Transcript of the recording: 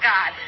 God